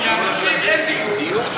כי לאנשים אין דיור,